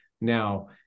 now